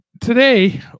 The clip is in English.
today